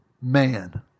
man